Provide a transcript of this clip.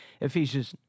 Ephesians